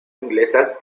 inglesas